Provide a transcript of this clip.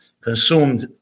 consumed